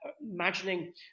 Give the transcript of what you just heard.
imagining